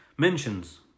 Mentions